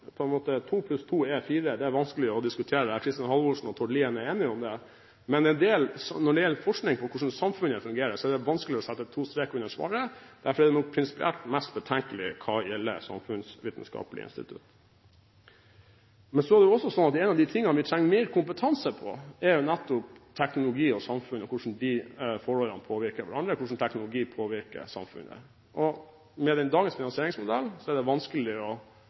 å diskutere, og Kristin Halvorsen og Tord Lien er enige om det. Men når det gjelder forskning på hvordan samfunnet fungerer, er det vanskeligere å sette to streker under svaret. Derfor er finansieringen av samfunnsvitenskapelige institutter prinsipielt mest betenkelig. Et område hvor vi trenger mer kompetanse, gjelder teknologi og samfunn og hvordan disse forholdene påvirker hverandre – hvordan teknologi påvirker samfunnet. Med dagens finansieringsmodell er det vanskelig å